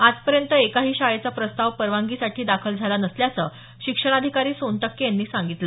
आजपर्यंत एकाही शाळेचा प्रस्ताव परवानगीसाठी दाखल झाला नसल्याचं शिक्षणाधिकारी सोनटक्के यांनी सांगितलं